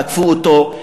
תקפו אותו,